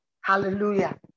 Hallelujah